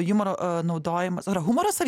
jumoro naudojimas ar humoras ar